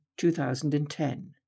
2010